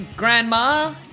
Grandma